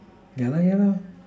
yeah lah yeah lah